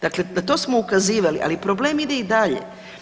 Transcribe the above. Dakle, na to smo ukazivali, ali problem ide i dalje.